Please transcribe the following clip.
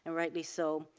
rightly so.